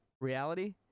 reality